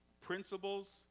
principles